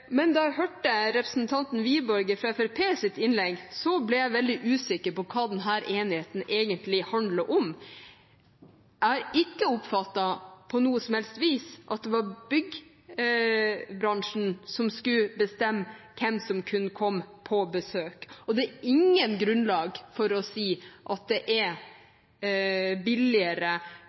Men da jeg hørte innlegget til representanten Wiborg fra Fremskrittspartiet, ble jeg veldig usikker på hva denne enigheten egentlig handler om. Jeg har ikke oppfattet på noe som helst vis at det var byggebransjen som skulle bestemme hvem som kunne komme på besøk, og det er ikke noe grunnlag for å si at det automatisk er billigere